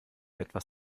etwas